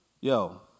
Yo